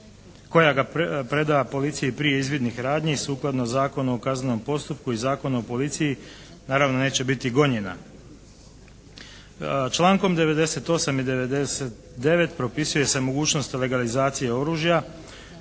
koja ga preda policiji prije izvidnih radnji sukladno Zakonu o kaznenom postupku i Zakonu o policiji, naravno neće biti gonjena. Člankom 98. i 99. propisuje se mogućnost legalizacije oružja